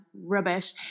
rubbish